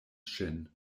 ŝin